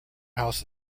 house